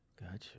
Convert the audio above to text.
gotcha